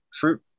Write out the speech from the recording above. fruit